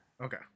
Okay